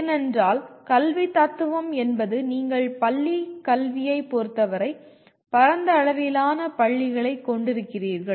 ஏனென்றால் கல்வித் தத்துவம் என்பது நீங்கள் பள்ளிக் கல்வியைப் பொறுத்தவரை பரந்த அளவிலான பள்ளிகளைக் கொண்டிருக்கிறீர்கள்